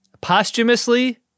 posthumously